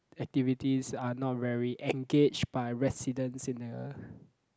activities are not very engaged by residents in the